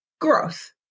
Growth